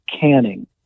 canning